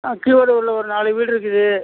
ஆ கீவளூரில் ஒரு நாலு வீடு இருக்குது